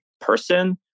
person